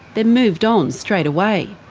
they're moved on straight away.